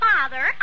Father